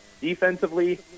defensively